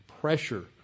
pressure